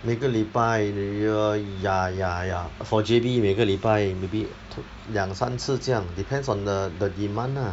每个礼拜 ye~ ya ya ya for J_B 每个礼拜 maybe two 两三次这样 depends on the the demand lah